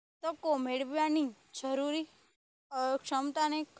તકો મેળવાની જરૂરી ક્ષમતા નઇ